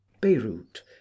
Beirut